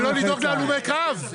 זה לא לדאוג להלומי קרב?